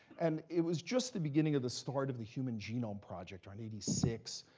and it was just the beginning of the start of the human genome project, around eighty six.